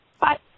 Bye